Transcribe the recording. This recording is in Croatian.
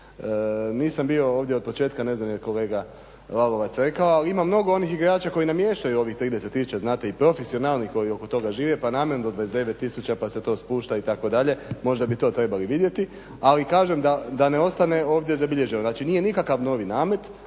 Nisam bio ovdje od početka, ne znam je li kolega Lalovac rekao ali ima mnogo onih igrača koji namještaju ovih 30000 znate i profesionalnih koji od toga žive pa namjerno 29000, pa se to spušta itd. Možda bi to trebali vidjeti. Ali kažem da ne ostane ovdje zabilježeno, znači nije nikakav novi namet.